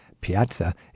piazza